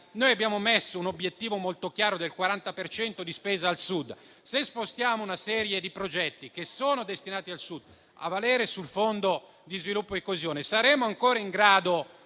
Noi abbiamo posto un obiettivo, molto chiaro, del 40 per cento di spesa al Sud. Se spostiamo una serie di progetti, che sono destinati al Sud, a valere sul fondo di sviluppo e coesione, saremo ancora in grado